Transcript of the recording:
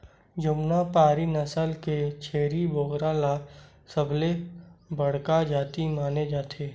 जमुनापारी नसल के छेरी बोकरा ल सबले बड़का जाति माने जाथे